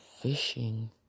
Fishing